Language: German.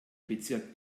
bezirk